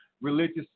religious